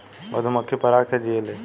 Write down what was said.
मधुमक्खी पराग से जियेले